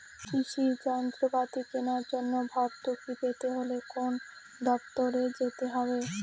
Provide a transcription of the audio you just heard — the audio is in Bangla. কৃষি যন্ত্রপাতি কেনার জন্য ভর্তুকি পেতে হলে কোন দপ্তরে যেতে হবে?